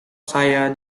saya